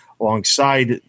alongside